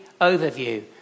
overview